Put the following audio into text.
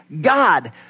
God